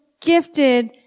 gifted